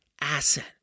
asset